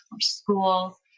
school